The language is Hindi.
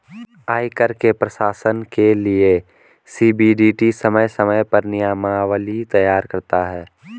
आयकर के प्रशासन के लिये सी.बी.डी.टी समय समय पर नियमावली तैयार करता है